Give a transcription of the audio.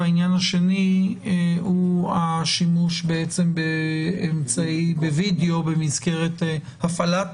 העניין השני הוא השימוש בווידאו במסגרת הפעלת